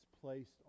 placed